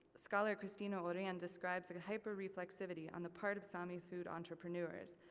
scholar christina orion describes like a hyper-reflexivity on the part of sami food entrepreneurs.